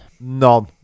None